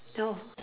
know